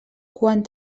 quan